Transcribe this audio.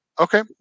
Okay